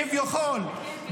כביכול,